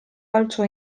balzò